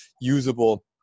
usable